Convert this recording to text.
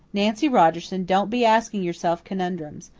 nancy rogerson, don't be asking yourself conundrums.